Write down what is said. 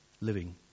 living